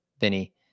Vinny